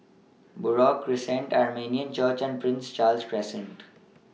Buroh Crescent Armenian Church and Prince Charles Crescent